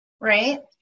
right